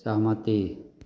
सहमति